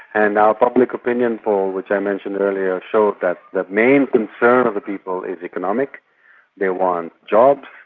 and our public opinion poll which i mentioned earlier showed that the main concern of the people is economic they want jobs,